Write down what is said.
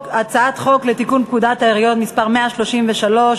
הצעת חוק לתיקון פקודת העיריות (מס' 133),